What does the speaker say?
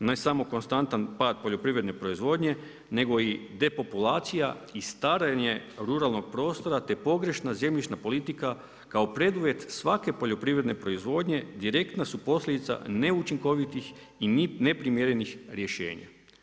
Ne samo konstantan pad poljoprivredne proizvodnje nego i depopulacija i starenje ruralnog prostora te pogrešna zemljišna politika kao preduvjet svake poljoprivredne proizvodnje direktna su posljedica neučinkovitih i neprimjerenih rješenja.